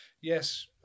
Yes